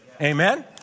Amen